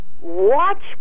watch